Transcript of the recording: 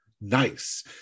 Nice